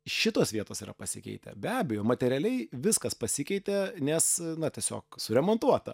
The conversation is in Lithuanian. šitos vietos yra pasikeitę be abejo materialiai viskas pasikeitė nes na tiesiog suremontuota